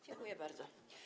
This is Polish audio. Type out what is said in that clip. Dziękuję bardzo.